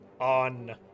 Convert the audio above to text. On